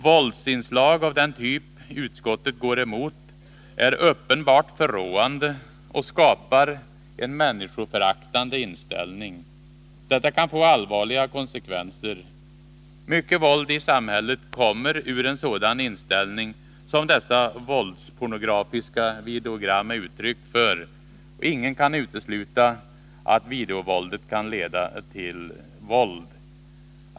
Våldsinslag av den typ utskottet går emot är uppenbart förråande och skapar en människoföraktande inställning. Detta kan få allvarliga konsekvenser. Mycket våld i samhället kommer ur en sådan inställning som dessa våldspornografiska videogram är uttryck för. Ingen kan utesluta att videovåldet kan leda till våld.